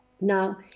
Now